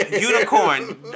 unicorn